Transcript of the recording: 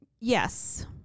yes